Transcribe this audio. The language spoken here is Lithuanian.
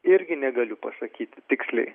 irgi negaliu pasakyti tiksliai